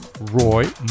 Roy